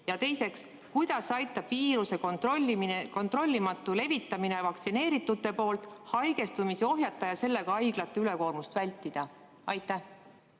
Ja teiseks, kuidas aitab viiruse kontrollimatu levitamine vaktsineeritute poolt haigestumist ohjata ja sellega haiglate ülekoormust vältida? Kaja